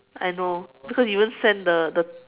I know because you even send the the